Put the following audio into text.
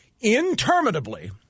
interminably